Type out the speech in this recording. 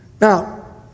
Now